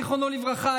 זיכרונו לברכה,